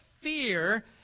fear